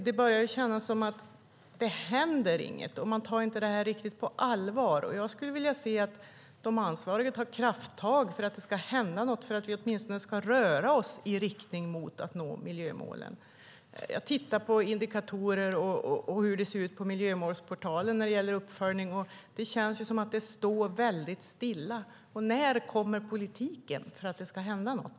Det känns som att det inte händer något, att man inte tar frågan på allvar. Jag skulle vilja se de ansvariga ta krafttag för att det ska hända något så att vi åtminstone rör oss i riktning mot att vi når miljömålen. Jag tittar på indikatorer och hur det ser ut på miljömålsportalen i fråga om uppföljning. Det känns som att det står still. När kommer politiken för att det ska hända något?